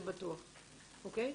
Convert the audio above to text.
אוקי?